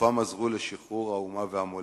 שבגופם עזרו לשחרור האומה והמולדת.